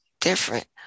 different